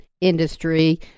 industry